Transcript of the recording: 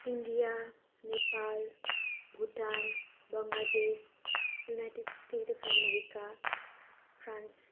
India Nepal Bhutan Bangladesh United State of America France